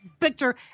Victor